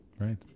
right